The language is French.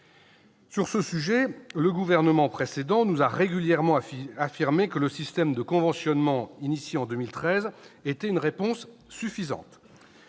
Sur ce sujet, le gouvernement précédent nous avait régulièrement affirmé que le système de conventionnement lancé en 2013 était une réponse suffisante.